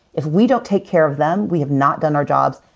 if we don't take care of them, we have not done our jobs.